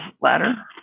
ladder